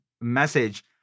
message